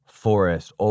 forest